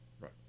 Right